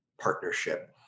partnership